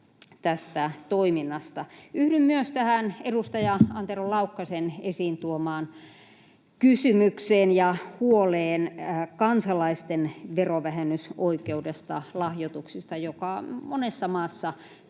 tästä toiminnasta? Yhdyn myös tähän edustaja Antero Laukkasen esiin tuomaan kysymykseen ja huoleen kansalaisten verovähennysoikeudesta lahjoituksista, joka monessa maassa